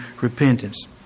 repentance